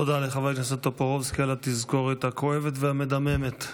תודה לחבר הכנסת טופורובסקי על התזכורת הכואבת והמדממת.